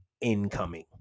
incoming